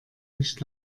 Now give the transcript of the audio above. nicht